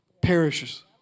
perishes